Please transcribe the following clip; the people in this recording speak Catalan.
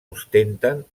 ostenten